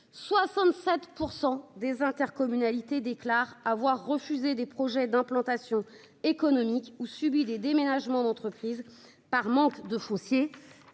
67% des intercommunalités déclare avoir refusé des projets d'implantation économique ou subi les déménagements d'entreprises par manque de foncier.